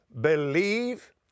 believe